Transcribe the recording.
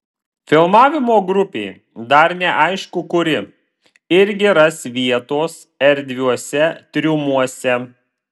filmavimo grupė dar neaišku kuri irgi ras vietos erdviuose triumuose